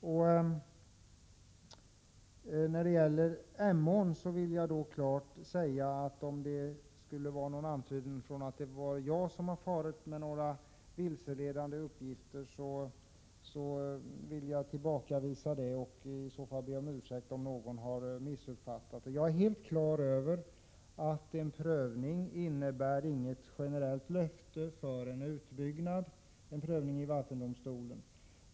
Om det i fråga om Emån skulle förekomma någon antydan om att det varit jag som farit med vilseledande uppgifter, så vill jag tillbakavisa det — och be om ursäkt om någon har kunnat missuppfatta vad jag sagt. Jag är helt på det klara med att en prövning i vattendomstolen inte innebär något generellt löfte om en utbyggnad.